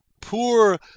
Poor